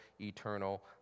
eternal